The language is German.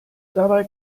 dabei